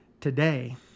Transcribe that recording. today